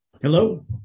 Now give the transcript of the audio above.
Hello